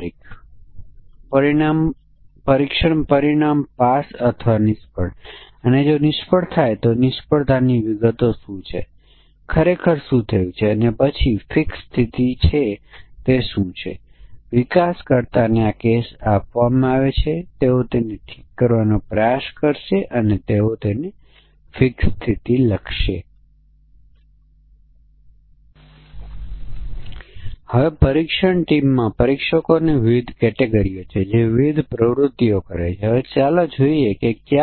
તેથી કિંમતો a અને b દ્વારા બંધાયેલ શ્રેણી તરીકે ઉલ્લેખિત શ્રેણી સમકક્ષ વર્ગ આપવામાં આવે છે આપણે a અને b ને સમાવવું છે જે a ની